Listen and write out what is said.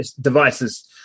devices